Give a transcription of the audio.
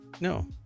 No